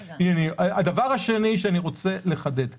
--- הדבר השני שאני רוצה לחדד כאן,